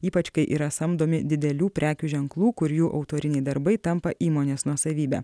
ypač kai yra samdomi didelių prekių ženklų kur jų autoriniai darbai tampa įmonės nuosavybe